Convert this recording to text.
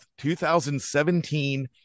2017